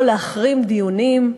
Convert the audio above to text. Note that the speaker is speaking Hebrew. לא להחרים דיונים,